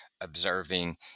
observing